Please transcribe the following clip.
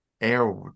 air